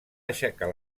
aixecar